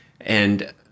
and-